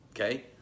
Okay